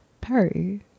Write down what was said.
Perry